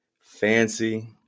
fancy